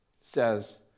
says